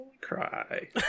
cry